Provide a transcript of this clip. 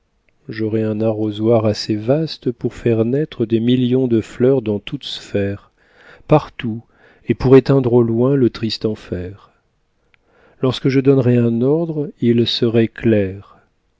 j'aurais un arrosoir assez vaste pour faire naître des millions de fleurs dans toute sphère partout et pour éteindre au loin le triste enfer lorsque je donnerais un ordre il serait clair